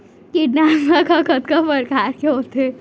कीटनाशक ह कतका प्रकार के होथे?